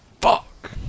Fuck